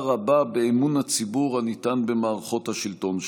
רבה באמון הציבור הניתן במערכות השלטון שלה.